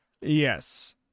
Yes